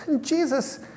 Jesus